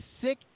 sick